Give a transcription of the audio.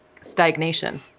stagnation